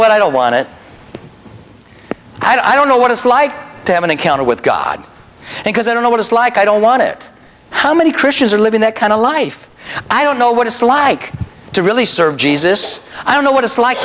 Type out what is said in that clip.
what i don't want it i don't know what it's like to have an encounter with god because i don't know what it's like i don't want it how many christians are living that kind of life i don't know what it's like to really serve jesus i don't know what it's like